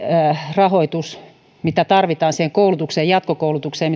rahoitus mikä tarvitaan siihen jatkokoulutukseen